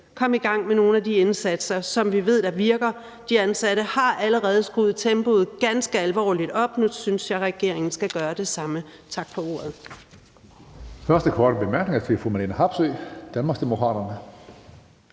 komme i gang med nogle af de indsatser, som vi ved virker. De ansatte har allerede skruet tempoet ganske alvorligt op. Nu synes jeg, regeringen skal gøre det samme. Tak for ordet. Kl. 16:17 Tredje næstformand (Karsten